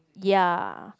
ya